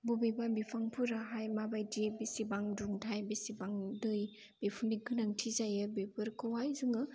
बबेबा बिफांफोराहाय माबायदि बेसेबां दुंथाय बेसेबां दै बेफोरनि गोनांथि जायो बेफोरखौहाय जोङो